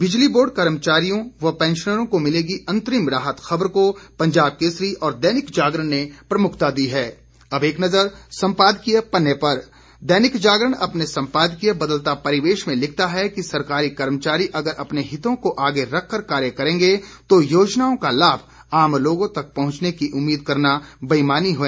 बिजली बोर्ड कर्मचारियों व पैंशनरों को मिलेंगी अंतरिम राहत खबर को पंजाब केसरी और दैनिक जागरण ने प्रमुखता दी है अब एक नज़र सम्पादकीय पन्ने पर दैनिक जागरण अपने संपादकीय बदलता परिवेश में लिखता है कि सरकारी कर्मचारी अगर अपने हितों को आगे रखकर कार्य करेंगे तो योजनाओं का लाभ आम लोगों तक पहुंचने की उमीद करना बेमानी है